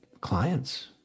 clients